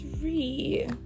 Three